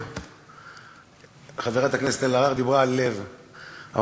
אבל מה לעשות שבזמן הקצר שאני פה הבנתי שאין פה לב.